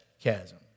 chasm